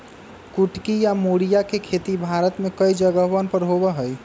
कुटकी या मोरिया के खेती भारत में कई जगहवन पर होबा हई